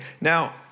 Now